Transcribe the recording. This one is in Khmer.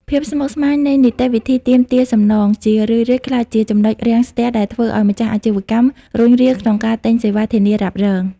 ភាពស្មុគស្មាញនៃនីតិវិធីទាមទារសំណង ជារឿយៗក្លាយជាចំណុចរាំងស្ទះដែលធ្វើឱ្យម្ចាស់អាជីវកម្មរុញរាក្នុងការទិញសេវាធានារ៉ាប់រង។